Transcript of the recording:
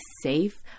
safe